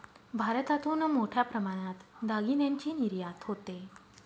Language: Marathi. भारतातून मोठ्या प्रमाणात दागिन्यांची निर्यात होते